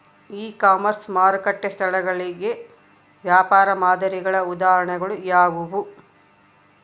E commerce ಮಾರುಕಟ್ಟೆ ಸ್ಥಳಗಳಿಗೆ ವ್ಯಾಪಾರ ಮಾದರಿಗಳ ಉದಾಹರಣೆಗಳು ಯಾವುವು?